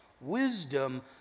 wisdom